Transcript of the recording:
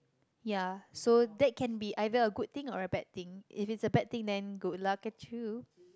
yeah so that can be either a good thing or a bad thing if that's a bad thing that good luck catch you